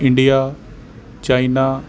India China